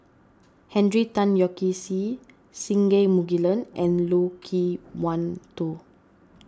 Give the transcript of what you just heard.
Henry Tan Yoke See Singai Mukilan and Loke Wan Tho